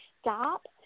stop